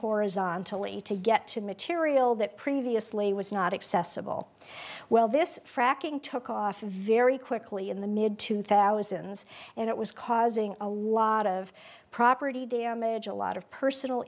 horizontally to get to material that previously was not accessible well this fracking took off very quickly in the mid two thousand and it was causing a lot of property damage a lot of personal